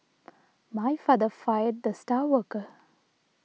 my father fired the star worker